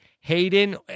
Hayden